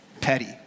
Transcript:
petty